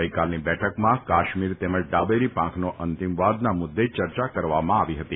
ગઇકાલની બેઠકમાં કાશ્મીર તેમજ ડાબેરી પાંખનો અંતિમવાદના મુદ્દે ચર્ચા કરવામાં આવી હતી